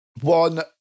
one